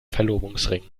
verlobungsring